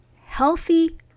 healthy